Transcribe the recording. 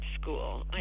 school